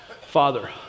Father